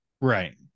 Right